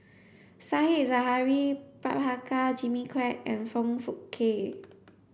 Said Zahari Prabhakara Jimmy Quek and Foong Fook Kay